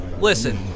listen